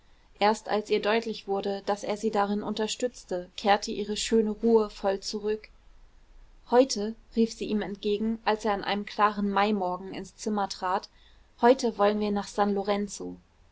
erst als ihr deutlich wurde daß er sie darin unterstützte kehrte ihre schöne ruhe voll zurück heute rief sie ihm entgegen als er an einem klaren maimorgen ins zimmer trat heute wollen wir nach san lorenzo